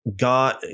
God